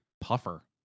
Puffer